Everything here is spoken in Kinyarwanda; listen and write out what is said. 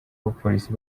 abapolisi